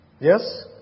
Yes